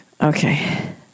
Okay